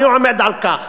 אני עומד על כך,